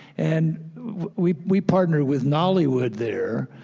and we we partnered with nollywood there,